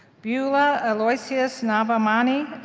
beaulah aloysius navamani,